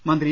മന്ത്രി ഇ